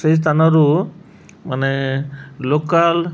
ସେଇ ସ୍ଥାନରୁ ମାନେ ଲୋକାଲ